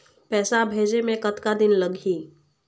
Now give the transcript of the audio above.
पैसा भेजे मे कतका दिन लगही?